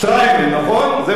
זה בשביל השלום.